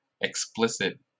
explicit